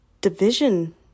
division